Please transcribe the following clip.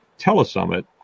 telesummit